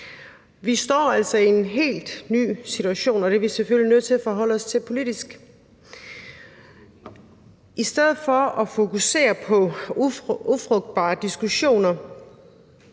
Vi står altså i en helt ny situation, og det er vi selvfølgelig nødt til at forholde os til politisk. I stedet for at fokusere på ufrugtbare diskussioner,